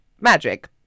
magic